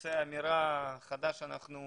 תצא אמירה חדה לפיה אנחנו